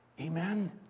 Amen